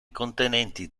contenenti